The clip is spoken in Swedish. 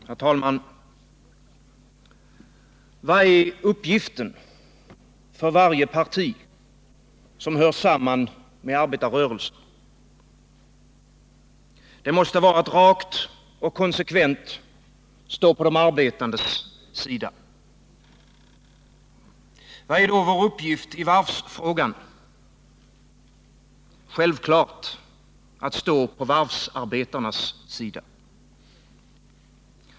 Herr talman! Vad är uppgiften för varje parti som hör samman med arbetarrörelsen? Det måste vara att rakt och konsekvent stå på de arbetandes sida. Vad är då vår uppgift i varvsfrågan? Självklart att stå på varvsarbetarnas sida.